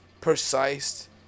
precise